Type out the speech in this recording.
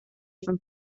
from